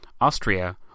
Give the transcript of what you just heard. Austria